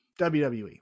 WWE